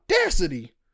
audacity